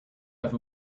have